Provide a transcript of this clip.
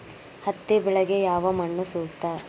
ಹತ್ತಿ ಬೆಳೆಗೆ ಯಾವ ಮಣ್ಣು ಸೂಕ್ತ?